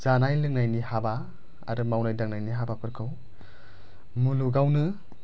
जानाय लोंनायनि हाबा आरो मावनाय दांनायनि हाबाफोरखौ मुलुगावनो